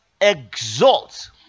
Exalt